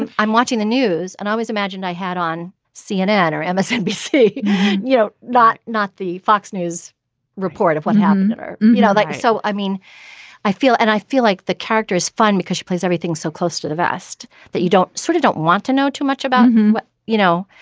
and i'm watching the news and always imagine i had on cnn or msnbc you know not not the fox news report of what happened. you know. like so i mean i feel and i feel like the character is fine because she plays everything so close to the vest that you don't sort of don't want to know too much about what you know.